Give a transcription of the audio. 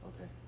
Okay